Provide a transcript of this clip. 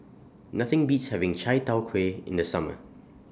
Nothing Beats having Chai Tow Kway in The Summer